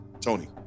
Tony